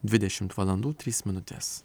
dvidešimt valandų trys minutės